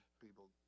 people